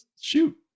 shoot